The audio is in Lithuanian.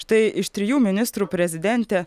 štai iš trijų ministrų prezidentė